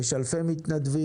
יש אלפי מתנדבים.